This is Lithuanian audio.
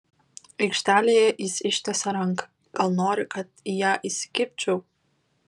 aikštelėje jis ištiesia ranką gal nori kad į ją įsikibčiau